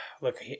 look